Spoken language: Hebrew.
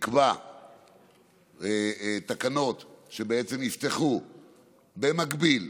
תקבע תקנות שייפתחו במקביל,